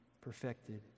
perfected